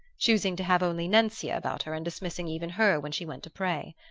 choosing to have only nencia about her and dismissing even her when she went to pray.